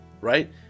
right